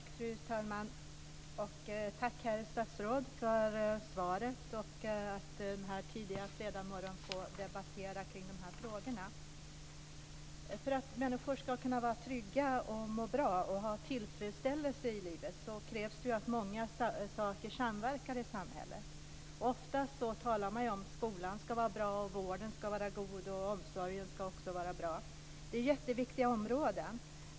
Fru talman! Tack, herr statsråd, för svaret och för att jag denna tidiga fredagsmorgon får debattera dessa frågor. För att människor ska kunna vara trygga, må bra och känna tillfredsställelse med livet krävs det att många saker samverkar i samhället. Ofta talar man om att skolan ska vara bra, att vården och omsorgen ska vara god, och det är jätteviktiga områden.